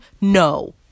No